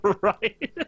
right